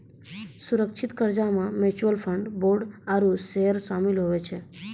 सुरक्षित कर्जा मे म्यूच्यूअल फंड, बोंड आरू सेयर सामिल हुवै छै